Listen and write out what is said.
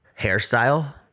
hairstyle